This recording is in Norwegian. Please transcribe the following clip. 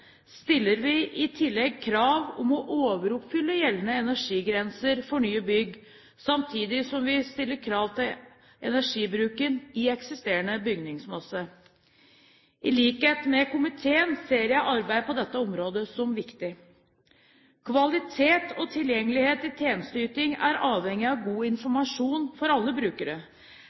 stiller vi i tillegg krav om å overoppfylle gjeldende energigrenser for nye bygg, samtidig som vi stiller krav til energibruken i eksisterende bygningsmasse. I likhet med komiteen ser jeg arbeidet på dette området som viktig. Kvalitet og tilgjengelighet i tjenesteyting er avhengig av god informasjon for alle brukere.